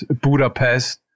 Budapest